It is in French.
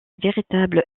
véritable